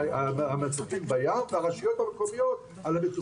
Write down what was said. המצוקים בים, הרשויות המקומיות על המצוקים שבחוף.